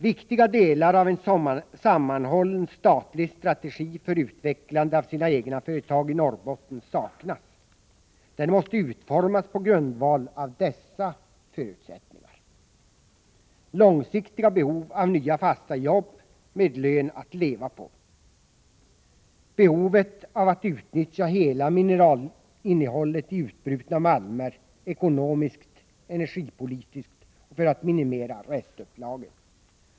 Viktiga delar av en sammanhållen statlig strategi för utvecklande av statens egna företag i Norrbotten saknas. En sådan måste utformas på grundval av följande förutsättningar och åtgärder: — Det långsiktiga behovet av nya, fasta jobb med lön som går att leva på. — Behovet av att utnyttja hela mineralinnehållet i utbrutna malmer — ekonomiskt, energipolitiskt och för att minimera restupplagen.